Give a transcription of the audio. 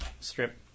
Strip